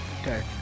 Okay